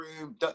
room